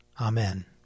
Amen